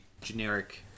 generic